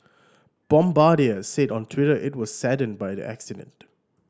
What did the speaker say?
bombardier said on Twitter it was saddened by the accident